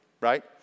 right